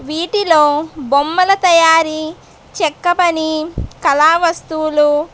వీటిలో బొమ్మల తయారీ చెక్కపని కళా వస్తువులు